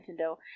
Nintendo